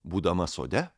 būdama sode